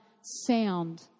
sound